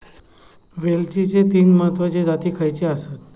वेलचीचे तीन महत्वाचे जाती खयचे आसत?